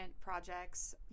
projects